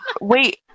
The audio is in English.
Wait